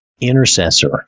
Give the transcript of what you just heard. intercessor